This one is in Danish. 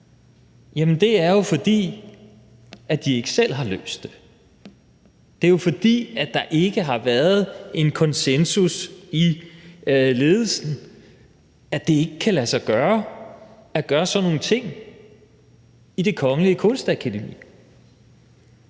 Jamen det er jo, fordi de ikke selv har løst det; det er jo, fordi der ikke har været en konsensus i ledelsen om, at det ikke kan lade sig gøre at gøre sådan nogle ting i Det Kongelige Danske Kunstakademi.